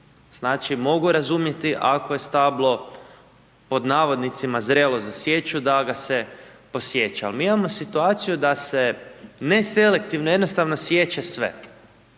Znači mogu razumjeti ako je stablo pod navodnicima zrelo za sječu da ga se posječe. Ali mi imamo situaciju da se neselektivno jednostavno siječe sve.